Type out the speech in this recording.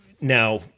now